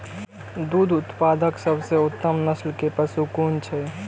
दुग्ध उत्पादक सबसे उत्तम नस्ल के पशु कुन छै?